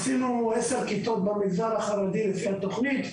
עשינו עשר כיתות במגזר החרדי לפי התכנית,